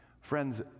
Friends